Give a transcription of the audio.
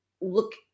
look